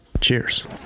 cheers